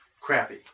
Crappy